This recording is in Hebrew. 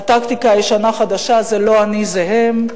הטקטיקה הישנה-חדשה: זה לא אני, זה הם.